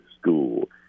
school